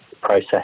process